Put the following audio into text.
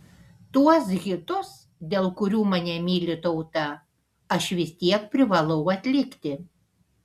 tuos hitus dėl kurių mane myli tauta aš vis tiek privalau atlikti